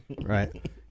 right